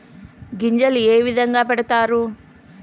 గింజలు ఏ విధంగా పెడతారు?